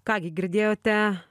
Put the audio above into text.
ką gi girdėjote